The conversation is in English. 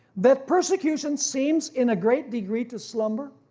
that persecution seems in a great degree to slumber?